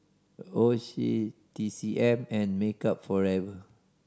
Oishi T C M and Makeup Forever